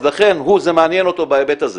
לכן זה מעניין אותו בהיבט הזה